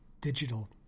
digital